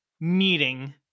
meeting